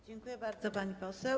Dziękuję bardzo, pani poseł.